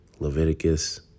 Leviticus